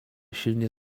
silnie